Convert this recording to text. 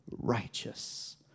Righteous